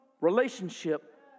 relationship